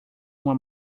uma